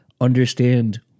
understand